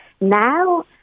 now